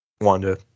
Wanda